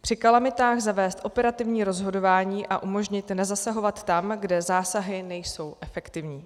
Při kalamitách zavést operativní rozhodování a umožnit nezasahovat tam, kde zásahy nejsou efektivní.